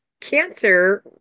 cancer